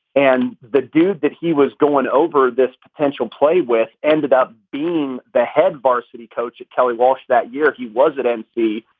and the dude that he was going over this potential play with ended up being the head varsity coach at kelly walsh that year. he was at and nc.